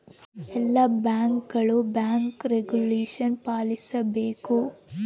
ಎಲ್ಲ ಬ್ಯಾಂಕ್ಗಳು bank regulation ಪಾಲಿಸಬೇಕು